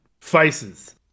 faces